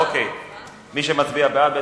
מי שמצביע בעד,